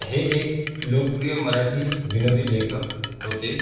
हे एक लोकप्रिय मराठी विनोदी लेखक होते